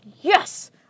yes